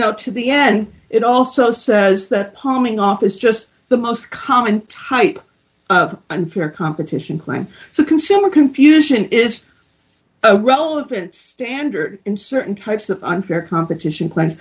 e to the end it also says that palming off is just the most common type of unfair competition plan so consumer confusion is relevant standard in certain types of unfair competition cla